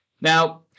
Now